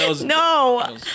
No